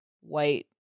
white